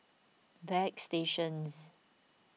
Bagstationz